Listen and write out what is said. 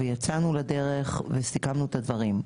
יצאנו לדרך וסיכמנו את הדברים,